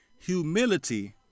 Humility